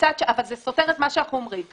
זה סותר את מה שאנחנו אומרים.